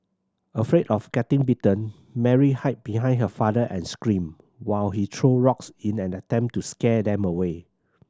afraid of getting bitten Mary hid behind her father and screamed while he threw rocks in an attempt to scare them away